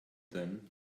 them